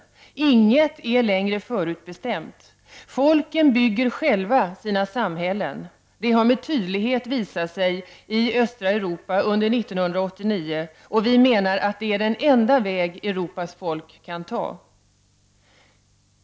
Inget är längre förutbestämt. Folken bygger själva sina samhällen. Detta har med tydlighet visat sig i östra Europa under 1989, och vi menar att det är den enda väg Europas folk kan ta.